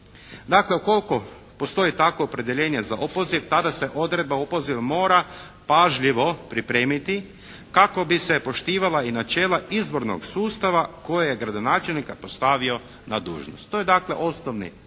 Dakle ukoliko postoji takvo opredjeljenje za opoziv tada se odredba opoziva mora pažljivo pripremiti kako bi se poštivala i načela izbornog sustava koje je gradonačelnika postavio na dužnost. To je dakle osnovni,